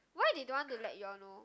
why they don't want to let you all know